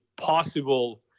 possible